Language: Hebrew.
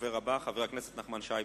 הדובר הבא, חבר הכנסת נחמן שי,